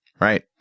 Right